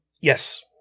Yes